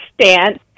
stance